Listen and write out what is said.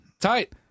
Tight